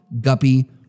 Guppy